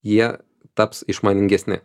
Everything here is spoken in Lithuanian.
jie taps išmaningesni